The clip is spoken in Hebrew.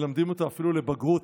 ומלמדים אותה אפילו לבגרות,